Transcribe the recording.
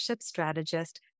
strategist